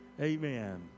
Amen